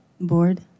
board